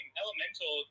elemental